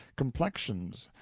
complexions,